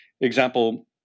Example